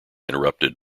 interrupted